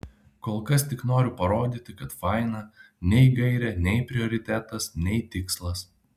kol kas tik noriu parodyti kad faina nei gairė nei prioritetas nei tikslas